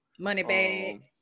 Moneybag